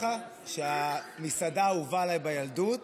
המסעדה האהובה עליי בילדות